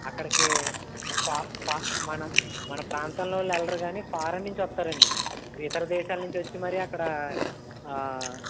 అక్కడికి ఫా ఫా మన మన ప్రాంతంలో వాళ్ళు వెళ్ళరు కానీ ఫారెన్ నుంచి వస్తారు అండి ఇతర దేశాల నుంచి వచ్చి మరి అక్కడ